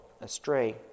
astray